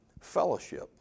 fellowship